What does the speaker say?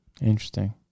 Interesting